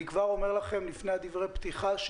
אני כבר אומר לכם לפני דברי הפתיחה,